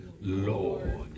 Lord